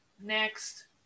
next